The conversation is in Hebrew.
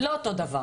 לא אותו דבר.